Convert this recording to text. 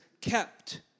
kept